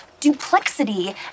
duplexity